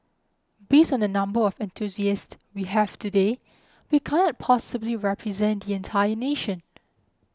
based on the number of enthusiasts we have today we can't possibly represent the entire nation